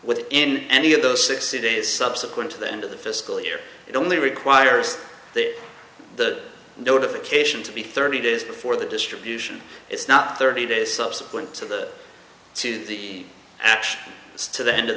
within any of those sixty days subsequent to the end of the fiscal year it only requires the notification to be thirty days before the distribution it's not thirty days subsequent to that to the ash to the end of